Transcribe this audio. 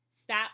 Stop